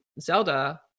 Zelda